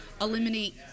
eliminate